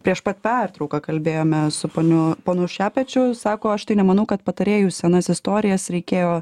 prieš pat pertrauką kalbėjome su poniu ponu šepečiu sako aš tai nemanau kad patarėjų senas istorijas reikėjo